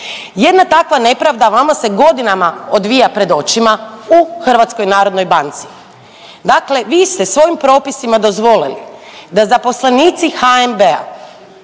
Jedna takva nepravda vama se godinama odvija pred očima u HNB-u, dakle vi ste svojim propisima dozvolili da zaposlenici HNB-a